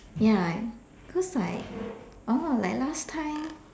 ya cause I oh like last time